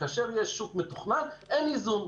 כאשר יש שוק מתוכנן, אין איזון.